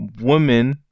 women